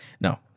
No